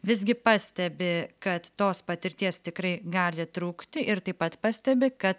visgi pastebi kad tos patirties tikrai gali trūkti ir taip pat pastebi kad